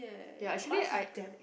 ya actually I